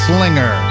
Slinger